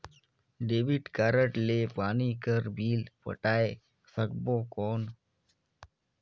Debit card ले पानी कर बिल पटाय सकबो कौन?